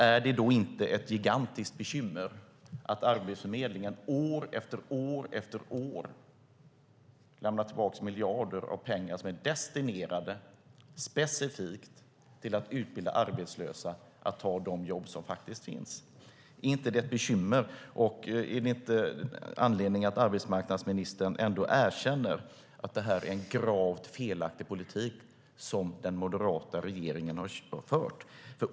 Är det inte ett gigantiskt bekymmer att Arbetsförmedlingen år efter år lämnar tillbaka miljarder av pengar som är destinerade specifikt till att utbilda arbetslösa att ta de jobb som finns? Är inte detta ett bekymmer, och finns det inte anledning för arbetsmarknadsministern att erkänna att det är en gravt felaktig politik som den moderata regeringen har fört?